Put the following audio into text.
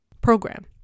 program